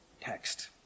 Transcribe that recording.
text